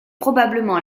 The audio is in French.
probablement